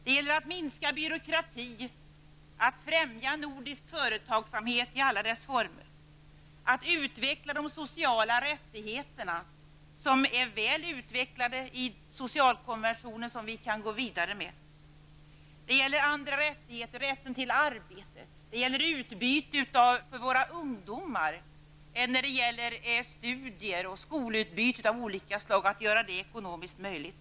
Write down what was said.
Det gäller att minska byråkratin, att främja nordisk företagsamhet i alla dess former och att utveckla de sociala rättigheterna, som är väl utvecklade i socialkonventionen, vilken vi kan gå vidare med. Det gäller andra rättigheter, t.ex. rätten till arbete, det gäller utbyte för våra ungdomar när det gäller studier och skolutbyte av olika slag och att göra detta ekonomiskt möjligt.